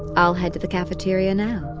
i'll head to the cafeteria, now